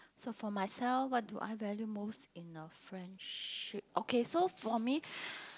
so for myself what do I value most in a friendship okay so for me